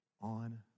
On